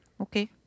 Okay